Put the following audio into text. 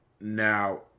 Now